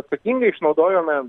atsakingai išnaudojome